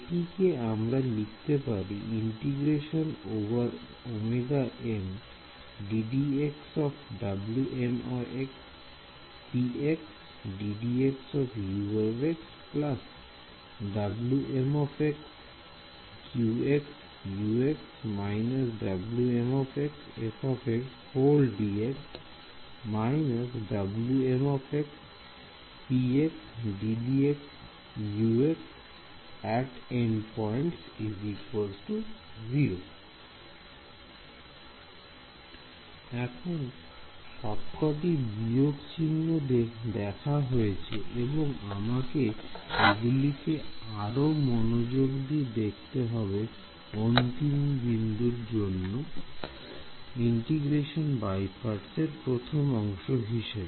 এটিকে আমরা লিখতে পারি এখন সব কটি বিয়োগ চিহ্ন দেখা হয়েছে এবং আমাকে এগুলিকে আরো মনোযোগ দিয়ে দেখতে হবে অন্তিম এর বিন্দুর দিকে ইন্টিগ্রেশন বাই পার্টস এর প্রথম অংশে